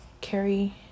carry